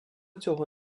цього